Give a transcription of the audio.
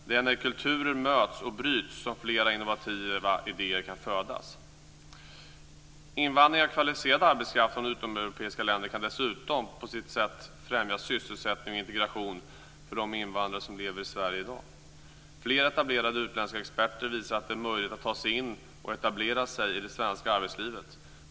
Det är när kulturer möts och bryts som fler innovativa idéer kan födas. Invandring av kvalificerad arbetskraft från utomeuropeiska länder kan dessutom på sitt sätt främja sysselsättning och integration för de invandrare som lever i Sverige i dag. Fler etablerade utländska experter visar att det är möjligt att ta sig in i och etablera sig i det svenska arbetslivet.